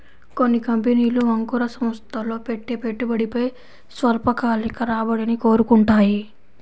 కొన్ని కంపెనీలు అంకుర సంస్థల్లో పెట్టే పెట్టుబడిపై స్వల్పకాలిక రాబడిని కోరుకుంటాయి